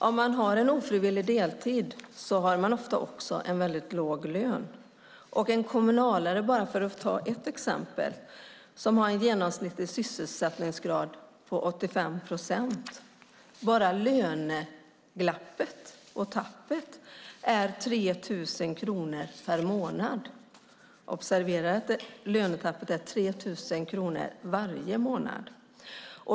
Om man har en ofrivillig deltid har man ofta också en väldigt låg lön. För kommunalare, bara för att ta ett exempel, som har en genomsnittlig sysselsättningsgrad på 85 procent, är löneglappet och tappet 3 000 kronor varje månad.